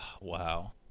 Wow